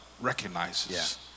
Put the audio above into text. recognizes